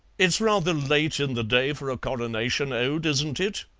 it's rather late in the day for a coronation ode, isn't it?